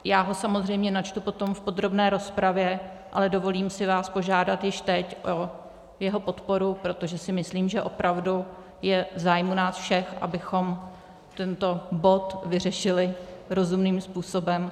Já ho samozřejmě načtu potom v podrobné rozpravě, ale dovolím si vás požádat již teď o jeho podporu, protože si myslím, že opravdu je v zájmu nás všech, abychom tento bod vyřešili rozumným způsobem.